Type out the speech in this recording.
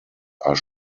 are